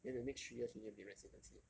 then the next three years you need to be residency